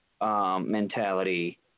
Mentality